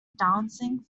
dancing